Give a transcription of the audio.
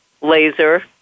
Laser